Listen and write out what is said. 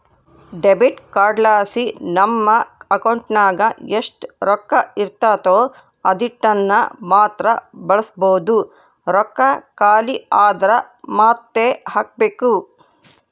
debit ಕಾರ್ಡ್ಲಾಸಿ ನಮ್ ಅಕೌಂಟಿನಾಗ ಎಷ್ಟು ರೊಕ್ಕ ಇರ್ತತೋ ಅದೀಟನ್ನಮಾತ್ರ ಬಳಸ್ಬೋದು, ರೊಕ್ಕ ಖಾಲಿ ಆದ್ರ ಮಾತ್ತೆ ಹಾಕ್ಬಕು